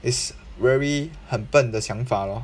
it's very 很笨的想法 lor